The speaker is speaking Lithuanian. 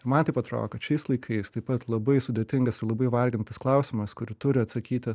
man taip atrodo kad šiais laikais taip pat labai sudėtingas ir labai varginantis klausimas kurį turi atsakyti